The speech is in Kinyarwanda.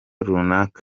runaka